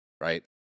right